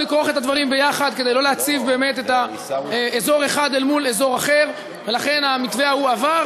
ומצד שני מאתגר לגור בהם,